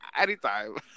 Anytime